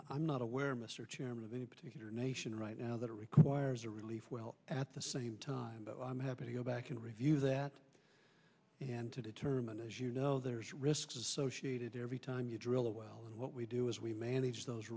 requirement i'm not aware mr chairman of any particular nation right now that requires a relief well at the same time but i'm happy to go back and review that and to determine as you know there's risks associated every time you drill a well and what we do is we manage those